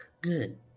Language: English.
Good